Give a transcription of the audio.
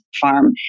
farm